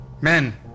Men